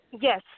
Yes